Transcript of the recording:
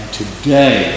today